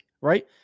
right